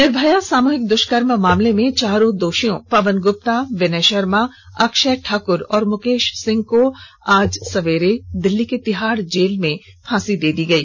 निर्भया सामूहिक द्वष्कर्म मामले के चारों दोषी पवन गुप्ता विनय शर्मा अक्षय ठाकुर और मुकेश सिंह को आज सवेरे दिल्ली की तिहाड़ जेल में फांसी दे दी गई